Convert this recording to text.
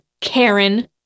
Karen